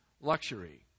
luxury